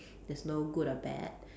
that's no good or bad